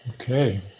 Okay